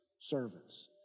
servants